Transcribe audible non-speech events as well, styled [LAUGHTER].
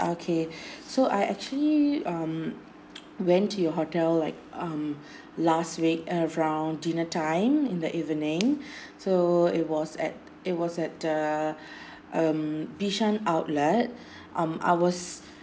okay [BREATH] so I actually um went to your hotel like um last week around dinner time in the evening so it was at it was at the [BREATH] um bishan outlet um I was